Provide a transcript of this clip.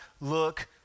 look